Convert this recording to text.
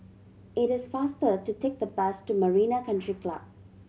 it is faster to take the bus to Marina Country Club